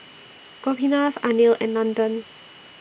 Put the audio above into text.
Gopinath Anil and Nandan